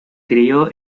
crio